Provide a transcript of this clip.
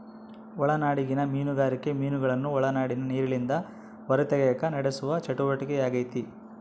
ಒಳನಾಡಿಗಿನ ಮೀನುಗಾರಿಕೆ ಮೀನುಗಳನ್ನು ಒಳನಾಡಿನ ನೀರಿಲಿಂದ ಹೊರತೆಗೆಕ ನಡೆಸುವ ಚಟುವಟಿಕೆಯಾಗೆತೆ